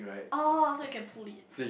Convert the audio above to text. orh so you can pull it in